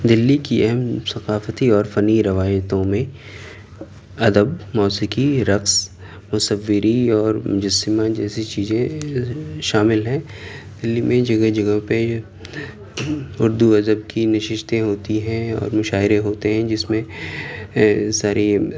دلّى كى اہم ثقافتى اور فنّى روايتوں ميں ادب موسيقى رقص مصوّرى اور مجسّمہ جيسى چيزيں شامل ہيں دلّى ميں جگہ جگہ پہ اردو ادب کی نشستیں ہوتی ہیں اور مشاعرے ہوتے ہیں جس میں ساری